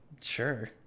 Sure